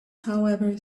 however